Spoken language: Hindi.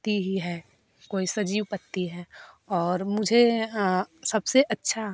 पत्ती ही है कोई सजीव पत्ती है और मुझे सबसे अच्छा